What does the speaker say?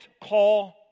call